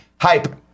Hype